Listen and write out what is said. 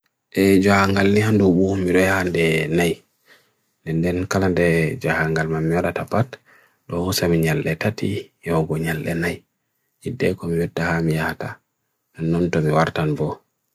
Rawaandu e porcupine hokkita fiijooji downgal mboyata. Porcupine hokkita, ndiyanji ciiɓe laawol siwi fowru, puccu mo baydi.